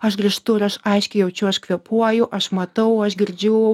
aš grįžtu ir aš aiškiai jaučiu aš kvėpuoju aš matau aš girdžiu